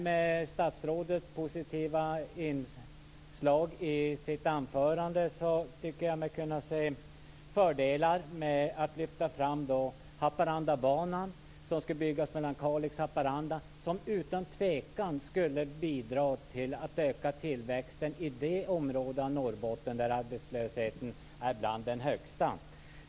Med statsrådets positiva inslag i sitt anförande tycker jag mig kunna se fördelar med att lyfta fram Haparanda och som utan tvekan skulle bidra till att öka tillväxten i de områden i Norrbotten där arbetslösheten är bland de högsta.